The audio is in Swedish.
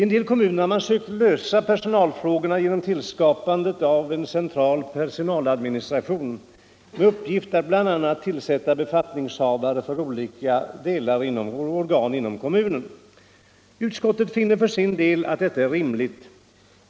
En del kommuner har sökt lösa personalproblemen genom tillskapandet av en central personaladministration med uppgift att bl.a. tillsätta befattningshavare vid olika organ inom kommunen. Utskottet finner för sin del att detta är rimligt.